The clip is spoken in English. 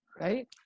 Right